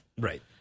Right